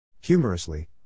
Humorously